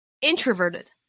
introverted